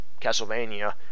Castlevania